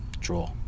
Draw